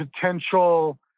potential